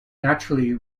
naturally